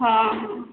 ହଁ ହଁ